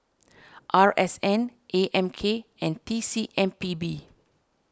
R S N A M K and T C M P B